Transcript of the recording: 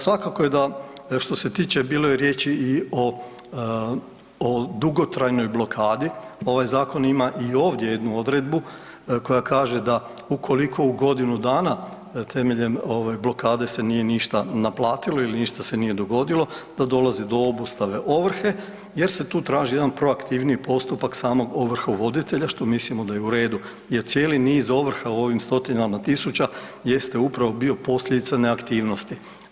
Svakako je da što se tiče bilo je riječi i o dugotrajnoj blokadi, ovaj ima i ovdje jednu odredbu koja kaže da ukoliko u godinu dana temeljem ovaj blokade se nije ništa naplatilo ili ništa se nije dogodilo da dolazi do obustave ovrhe jer se tu traži jedan proaktivniji postupak samog ovrhovoditelja što mislimo da je u redu jer cijeli niz ovrha u ovim stotinama tisuća jeste upravo bio posljedica neaktivnosti.